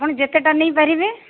ଆପଣ ଯେତେଟା ନେଇ ପାରିବେ